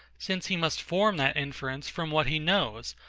since he must form that inference from what he knows,